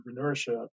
entrepreneurship